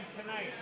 tonight